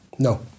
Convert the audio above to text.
No